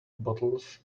bottles